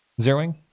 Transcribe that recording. Zeroing